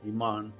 Iman